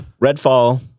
Redfall